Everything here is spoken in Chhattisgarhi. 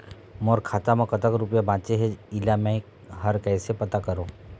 मोर खाता म कतक रुपया बांचे हे, इला मैं हर कैसे पता करों?